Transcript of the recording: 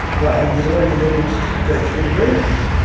my anxiety levels go through the roof.